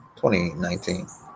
2019